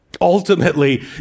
Ultimately